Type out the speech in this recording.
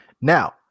Now